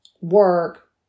work